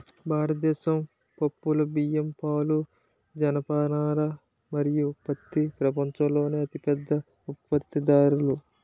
భారతదేశం పప్పులు, బియ్యం, పాలు, జనపనార మరియు పత్తి ప్రపంచంలోనే అతిపెద్ద ఉత్పత్తిదారులు